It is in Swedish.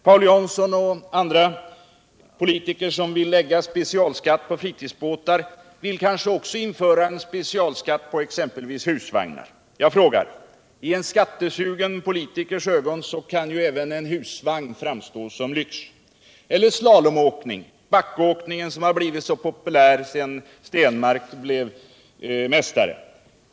Paul Jansson och andra politiker som vill lägga specialskatt på fritidsbåtar vill kanske också införa en specialskatt på exempelvis husvagnar. I en skattesugen politikers ögon kan ju även en husvagn framstå som lyx. Eller slalomåkning, som blivit så populärt sedan Ingemar Stenmark blev mistare.